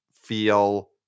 feel